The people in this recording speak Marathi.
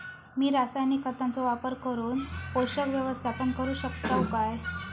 मी रासायनिक खतांचो वापर करून पोषक व्यवस्थापन करू शकताव काय?